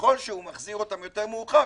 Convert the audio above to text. ככל שהוא מחזיר אותם יותר מאוחר,